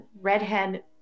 redhead